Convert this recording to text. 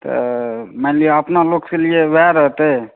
हॅं छबे करै की सही बात छै